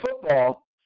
football